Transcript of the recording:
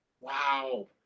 wow